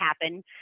happen